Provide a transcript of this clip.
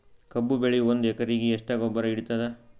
ಕಬ್ಬು ಬೆಳಿ ಒಂದ್ ಎಕರಿಗಿ ಗೊಬ್ಬರ ಎಷ್ಟು ಹಿಡೀತದ?